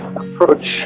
approach